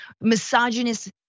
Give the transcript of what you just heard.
misogynist